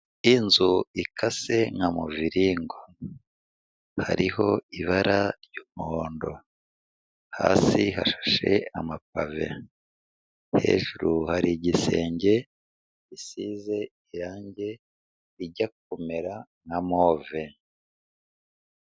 Inzu ikase nka muviringo hariho ibara ry'umuhondo, hasi harashe amapave, hejuru hari igisenge gisize irangi rijya kumera nka move.